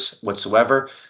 whatsoever